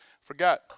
forgot